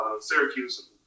Syracuse